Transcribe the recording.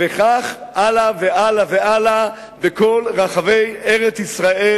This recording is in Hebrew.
וכך הלאה והלאה בכל רחבי ארץ-ישראל,